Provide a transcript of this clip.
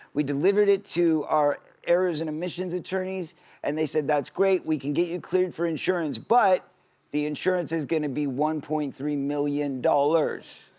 we delivered it to our arizona missions attorneys and they said, that's great, we can get you cleared for insurance, but the insurance is gonna be one point three million dollars.